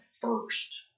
first